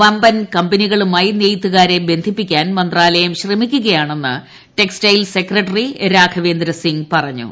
വമ്പൻ കമ്പനികളുമായി നെയ്ത്തുകാരെ ബന്ധിപ്പിക്കാൻ മന്ത്രാലയം ശ്രമിക്കുകയാണെന്ന് ടെക്സ്റ്റൈൽസ് സെക്രട്ടറി രാഘവേന്ദ്ര സിങ് പറഞ്ഞു